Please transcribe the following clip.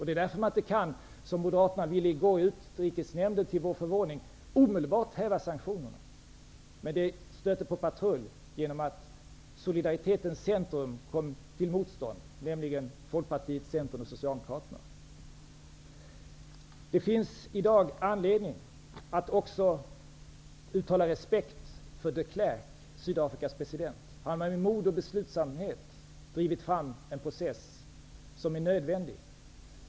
Det är därför som man inte omedelbart kan -- som moderaterna i går till vår förvåning ville i Utrikesnämnden -- häva sanktionerna, men moderaterna stötte på patrull genom att solidaritetens centrum -- dvs. gjorde motstånd. Det finns i dag anledning att uttala respekt också för de Klerk, Sydafrikas president. Han har genom mod och beslutsamhet drivit fram en process som är nödvändig.